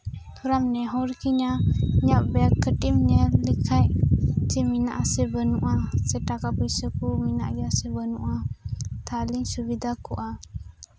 ᱛᱷᱚᱲᱟᱢ ᱱᱮᱦᱚᱨ ᱠᱤᱧᱟᱹ ᱤᱧᱟᱹᱜ ᱵᱮᱜᱽ ᱠᱟᱹᱴᱤᱪ ᱮᱢ ᱧᱮᱞ ᱞᱮᱠᱷᱟᱡ ᱡᱮ ᱢᱮᱱᱟᱜ ᱟᱥᱮ ᱵᱟᱹᱱᱩᱜᱼᱟ ᱥᱮ ᱴᱟᱠᱟ ᱯᱚᱭᱥᱟ ᱠᱚ ᱢᱮᱱᱟᱜ ᱜᱮᱭᱟ ᱥᱮ ᱵᱟᱹᱱᱩᱜᱼᱟ ᱛᱟᱦᱞᱮᱧ ᱥᱩᱵᱤᱫᱷᱟ ᱠᱚᱜᱼᱟ